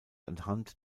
anhand